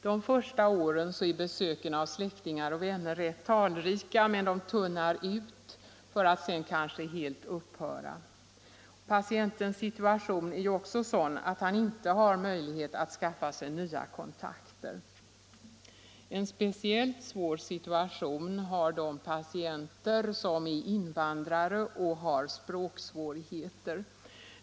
De första åren är besöken av släktingar och vänner rätt talrika, men de tunnar ut för att så småningom kanske helt upphöra. Patientens situation är ju också sådan att han inte har möjlighet att skaffa sig nya kontakter. En speciellt svår situation har de patienter som är invandrare och har språksvårigheter.